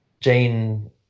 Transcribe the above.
Jane